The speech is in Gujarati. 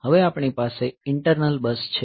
હવે આપણી પાસે ઇન્ટરનલ બસ છે